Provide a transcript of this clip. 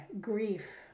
grief